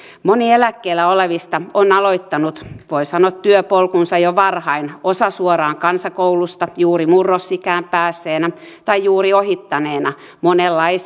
moni eläkkeellä olevista on aloittanut voi sanoa työpolkunsa jo varhain osa suoraan kansakoulusta juuri murrosikään päässeenä tai sen juuri ohittaneena monella ei siihen